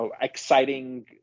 exciting